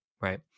right